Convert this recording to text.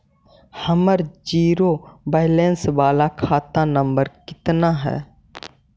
हमर zero balance बाला खाता नम्बर कितना है?